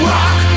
Rock